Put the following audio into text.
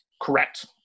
Correct